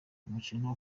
umukino